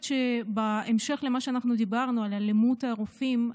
בהמשך למה שדיברנו על אלימות נגד רופאים,